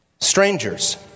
Strangers